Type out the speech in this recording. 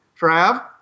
Trav